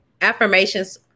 Affirmations